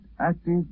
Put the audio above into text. active